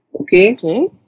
Okay